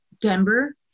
denver